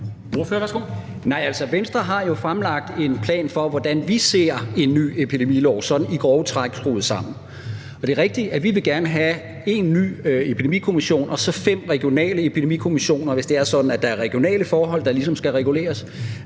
Venstre har jo fremlagt en plan for, hvordan vi ser en ny epidemilov skruet sammen sådan i grove træk. Og det er rigtigt, at vi gerne vil have én ny epidemikommission og så fem regionale epidemikommissioner, hvis det er sådan, at der er regionale forhold, der ligesom skal reguleres.